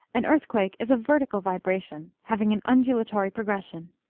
an earthquake is a vertical vibration, having an undulatory progression.